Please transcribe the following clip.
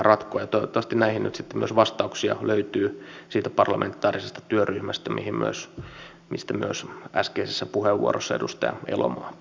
toivottavasti näihin nyt sitten löytyy myös vastauksia siitä parlamentaarisesta työryhmästä mistä myös äskeisessä puheenvuorossa edustaja elomaa puhui